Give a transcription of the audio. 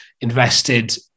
invested